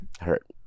hurt